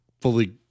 fully